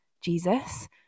Jesus